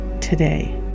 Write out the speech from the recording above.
today